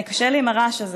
קשה לי עם הרעש הזה.